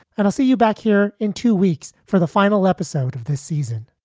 and i'll see you back here in two weeks for the final episode of this season